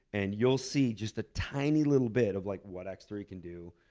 and you'll see just a tiny little bit of like what x three can do,